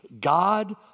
God